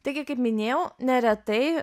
taigi kaip minėjau neretai